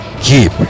keep